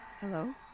Hello